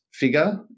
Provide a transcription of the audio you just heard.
figure